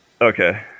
Okay